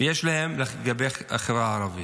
יש להם לגבי החברה הערבית.